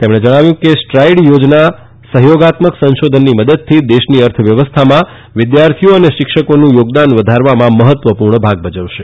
તેમણે જણાવ્યું કે સ્ટ્રાઇડ યોજના સહયોગાત્મક સંશોધનની મદદથી દેશની અર્થવ્યવસ્થામાં વિદ્યાર્થીઓ અને શિક્ષકોનું યોગદાન વધારવામાં મહત્વપૂર્ણ ભાગ ભજવશે